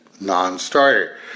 non-starter